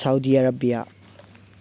Saudi Arabia